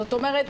זאת אומרת